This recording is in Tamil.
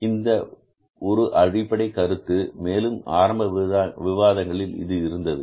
இது ஒரு அடிப்படை கருத்து மேலும் ஆரம்ப விவாதங்களில் இது இருந்தது